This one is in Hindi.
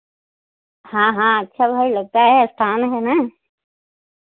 हाँ हाँ अच्छा भाई लगता है स्थान है ना